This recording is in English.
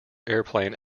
airplane